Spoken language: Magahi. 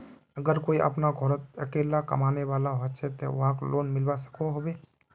अगर कोई अपना घोरोत अकेला कमाने वाला होचे ते वाहक लोन मिलवा सकोहो होबे?